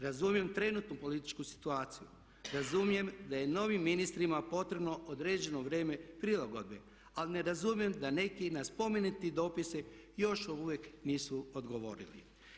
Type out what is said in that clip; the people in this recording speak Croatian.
Razumijem trenutnu političku situaciju, razumijem da je novim ministrima potrebno određeno vrijeme prilagodbe, ali ne razumijem da neki na spomenute dopise još uvijek nisu odgovorili.